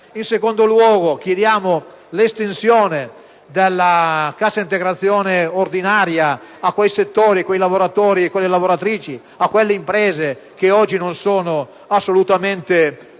In secondo luogo, chiediamo l'estensione della cassa integrazione ordinaria a quei lavoratori e lavoratrici, a quelle imprese che oggi non sono assolutamente